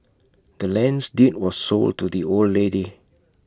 the land's deed was sold to the old lady